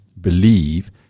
believe